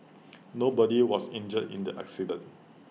nobody was injured in the accident